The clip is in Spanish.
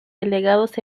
delegados